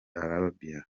arabia